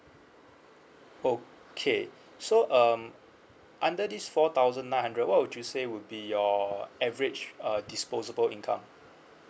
okay so um under these four thousand nine hundred what would you say would be your average uh disposable income